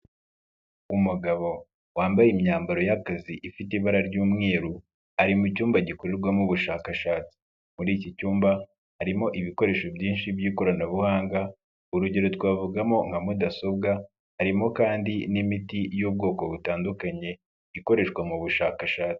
Umugabo wambaye imyambaro y'akazi ifite ibara ry'umweru ari mu cyumba gikorerwamo ubushakashatsi. Muri iki cyumba harimo ibikoresho byinshi by'ikoranabuhanga. Urugero twavugamo nka mudasobwa, harimo kandi n'imiti y'ubwoko butandukanye ikoreshwa mu bushakashatsi.